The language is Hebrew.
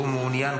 הוא שאל אותי: